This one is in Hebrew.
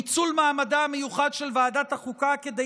ניצול מעמדה המיוחד של ועדת החוקה כדי